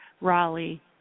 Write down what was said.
Raleigh